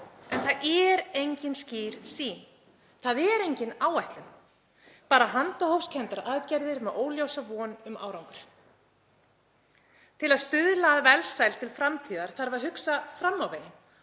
það er engin skýr sýn. Það er engin áætlun, bara handahófskenndar aðgerðir með óljósa von um árangur. Til að stuðla að velsæld til framtíðar þarf að hugsa fram á veginn